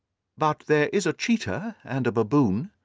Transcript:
but there is a cheetah and a baboon.